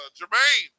Jermaine